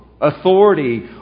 authority